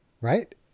Right